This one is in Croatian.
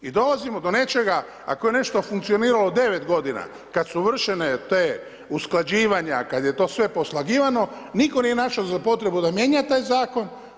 I dolazimo do nečega ako je nešto funkcioniralo devet godina kada su vršena ta usklađivanja, kada je to sve poslagivano niko nije našao za potrebu da mijenja taj zakon.